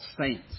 saints